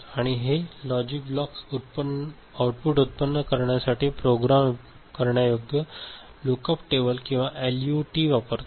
आणि हे logic block output उत्पन्न करण्यासाठी प्रोग्राम करण्यायोग्य लुकअप टेबल किंवा एलयुटी वापरतात